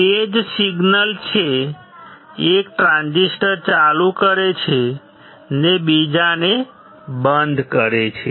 તે જ સિગ્નલ જે એક ટ્રાન્ઝિસ્ટર ચાલુ કરે છે તે બીજાને બંધ કરે છે